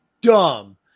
dumb